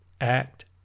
Act